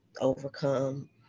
overcome